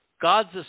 God's